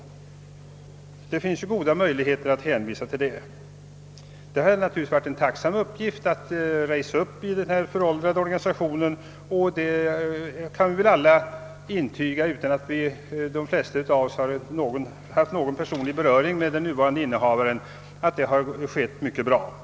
Det finns goda skäl att hänvisa till det. Det är naturligtvis en tacksam uppgift att rensa upp i denna föråldrade organisation, och vi kan väl alla, utan att flertalet av oss har haft någon personlig beröring med den nuvarande innehavaren av tjänsten, intyga att han har utfört ett mycket gott arbete.